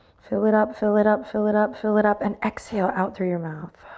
fill it up, fill it up, fill it up, fill it up, and exhale out through your mouth.